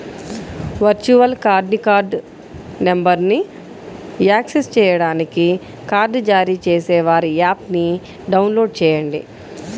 virtual కార్డ్ని card నంబర్ను access చేయడానికి కార్డ్ జారీ చేసేవారి యాప్ని డౌన్లోడ్ చేయండి